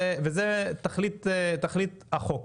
זה תכלית החוק.